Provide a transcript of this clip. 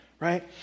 Right